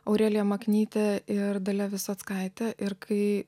aurelija maknyte ir dalia visockaitė ir kai